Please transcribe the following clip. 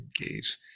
engage